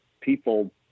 people